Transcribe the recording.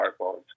smartphones